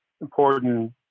important